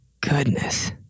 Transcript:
goodness